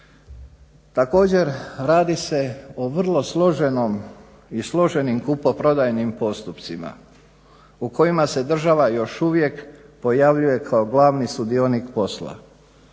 Također radi se o vrlo složenom i složenim kupoprodajnim postupcima u kojima se država još uvijek pojavljuje kao glavni sudionik posla.